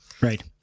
right